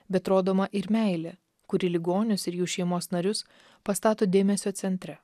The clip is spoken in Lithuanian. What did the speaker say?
bet rodoma ir meilė kuri ligonius ir jų šeimos narius pastato dėmesio centre